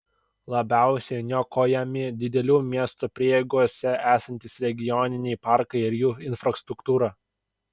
labiausiai niokojami didelių miesto prieigose esantys regioniniai parkai ir jų infrastruktūra